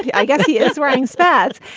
i guess he is wearing spats.